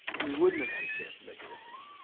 we wouldn't have had a chance to make a difference.